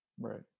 right